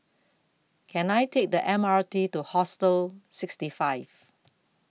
Can I Take The M R T to Hostel sixty five